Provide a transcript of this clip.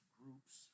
groups